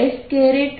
dS2xi